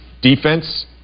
defense